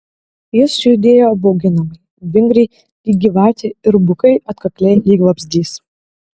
jis judėjo bauginamai vingriai lyg gyvatė ir bukai atkakliai lyg vabzdys